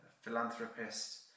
philanthropist